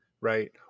Right